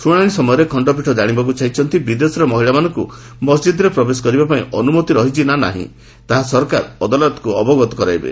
ଶୁଣାଣି ସମୟରେ ଖଣ୍ଡପୀଠ ଜାଣିବାକୁ ଚାହିଁଛନ୍ତି ବିଦେଶରେ ମହିଳାମାନଙ୍କୁ ମସ୍ଜିଦ୍ରେ ପ୍ରବେଶ ପାଇଁ ଅନୁମତି ରହିଛି ନା ନାହିଁ ତାହା ସରକାର ଅଦାଲତକୁ ଅବଗତ କରାଇବେ